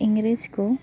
ᱤᱝᱨᱮᱡᱽ ᱠᱚ